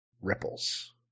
ripples